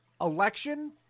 election